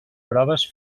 proves